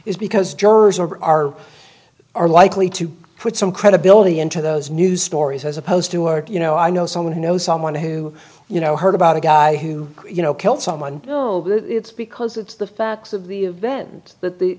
is because jurors are are likely to put some credibility into those news stories as opposed to art you know i know someone who knows someone who you know heard about a guy who you know killed someone you know it's because it's the facts of the event that the